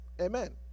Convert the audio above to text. Amen